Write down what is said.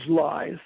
lies